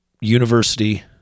university